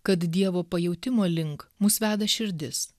kad dievo pajautimo link mus veda širdis